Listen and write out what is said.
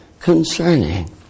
concerning